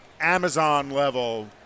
Amazon-level